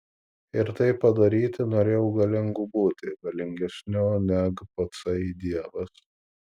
ir tai padaryti norėjau galingu būti galingesniu neg patsai dievas